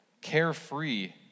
carefree